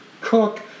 cook